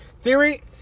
Theory